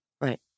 right